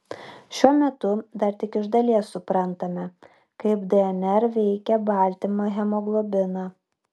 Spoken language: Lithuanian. šiuo metu dar tik iš dalies suprantame kaip dnr veikia baltymą hemoglobiną